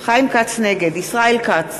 נגד ישראל כץ,